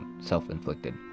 self-inflicted